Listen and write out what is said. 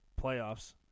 playoffs